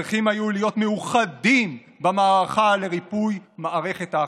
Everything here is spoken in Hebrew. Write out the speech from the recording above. כולם צריכים היו להיות מאוחדים במערכה לריפוי מערכת האכיפה.